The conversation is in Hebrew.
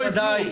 מכובדיי,